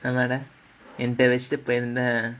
ஆமாடா இந்த வயசுல இப்ப இந்த:aamaada intha vayasula ippa intha